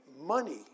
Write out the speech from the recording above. money